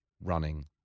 running